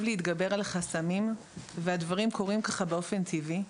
להתגבר על חסמים והדברים קורים באופן טבעי.